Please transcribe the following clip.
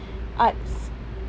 art